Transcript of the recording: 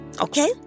Okay